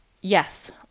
yes